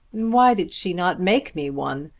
why did she not make me one?